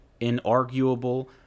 inarguable